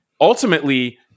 ultimately